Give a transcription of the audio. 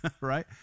right